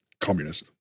communist